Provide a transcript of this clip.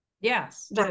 yes